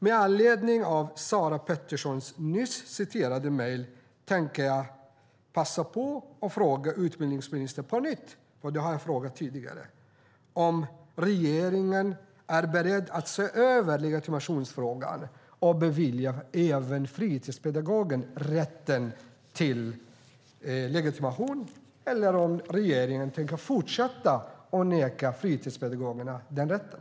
Med anledning av Sara Peterssons nyss upplästa mejl tänker jag passa på att fråga utbildningsministern, och det har jag frågat tidigare, om regeringen är beredd att se över legitimationsfrågan och bevilja även fritidspedagoger rätten till legitimation eller om regeringen tänker fortsätta att neka fritidspedagogerna den rätten.